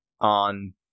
on